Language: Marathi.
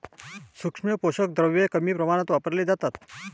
सूक्ष्म पोषक द्रव्ये कमी प्रमाणात वापरली जातात